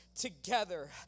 together